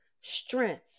strength